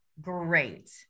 Great